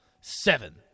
Seven